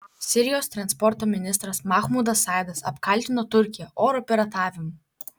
sirijos transporto ministras mahmudas saidas apkaltino turkiją oro piratavimu